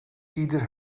ieder